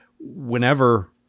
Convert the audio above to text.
whenever